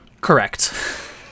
Correct